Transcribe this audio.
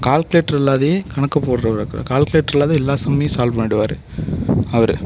calculator இல்லாதையே கணக்கு போடுறவரு கால்குலேட்டர் இல்லாதையே எல்லா சம்மையும் சால்வ் பண்ணிவிடுவாரு அவர்